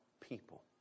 people